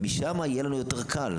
משם יהיה לנו יותר קל.